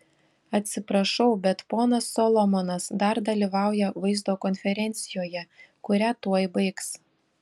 atsiprašau bet ponas solomonas dar dalyvauja vaizdo konferencijoje kurią tuoj baigs